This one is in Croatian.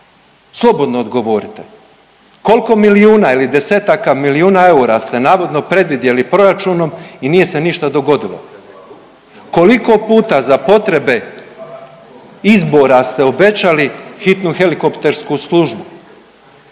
Slobodno odgovorite. Kolko milijuna ili desetaka milijuna eura ste navodno predvidjeli proračunom i nije se ništa dogodilo? Koliko puta za potrebe izbora ste obećali hitnu helikoptersku službu?